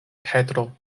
petro